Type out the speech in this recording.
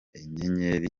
inyenyeri